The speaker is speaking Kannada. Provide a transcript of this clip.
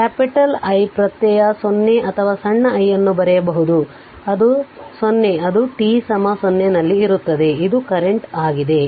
ಆದ್ದರಿಂದ ಆದ್ದರಿಂದ I0 ಅಥವಾ i0 ಅನ್ನು ಬರೆಯಬಹುದು ಅದು t 0 ನಲ್ಲಿರುತ್ತದೆ ಇದು ಕರೆಂಟ್ ಆಗಿದೆ